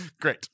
great